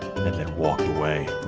walked away.